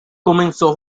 comenzó